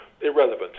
irrelevant